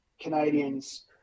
Canadians